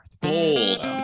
Bold